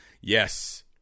yes